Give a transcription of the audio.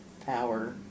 power